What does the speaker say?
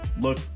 look